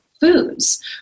foods